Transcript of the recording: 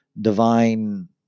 divine